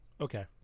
Okay